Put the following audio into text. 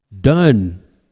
Done